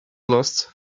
lost